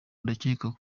ndakeka